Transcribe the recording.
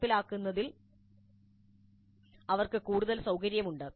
നടപ്പിലാക്കുന്നതിൽ അവർക്ക് കൂടുതൽ സൌകര്യമുണ്ട്